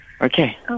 Okay